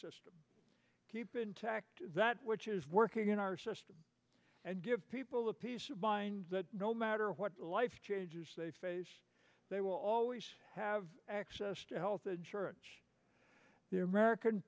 system keep intact that which is working in our system and give people the peace of mind that no matter what life changes they face they will always have access to health insurance their american